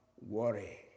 worry